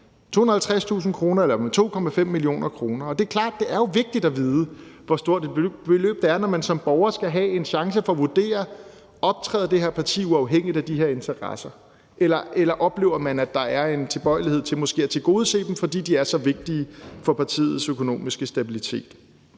og det er klart, at det jo er vigtigt at vide, hvor stort et beløb det er, når man som borger skal have en chance for at vurdere, om det her parti optræder uafhængigt af de her interesser, eller om man oplever, at der er en tilbøjelighed til måske at tilgodese nogen, fordi de er så vigtige for partiets økonomiske stabilitet.